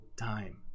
time